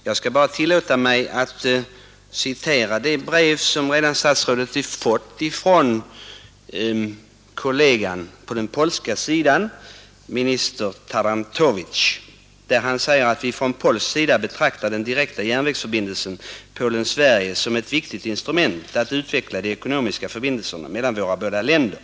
Jag skall här tillåta mig att citera det brev som statsrådet redan fått från kollegan på polska sidan minister Tarantowicz som säger att man från polsk sida betraktar den direkta järnvägsförbindelsen Polen—Sverige som ett viktigt instrument för att utveckla de ekonomiska förbindelserna mellan dessa båda länder.